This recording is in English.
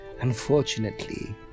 Unfortunately